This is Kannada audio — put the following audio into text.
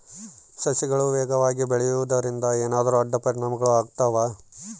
ಸಸಿಗಳು ವೇಗವಾಗಿ ಬೆಳೆಯುವದರಿಂದ ಏನಾದರೂ ಅಡ್ಡ ಪರಿಣಾಮಗಳು ಆಗ್ತವಾ?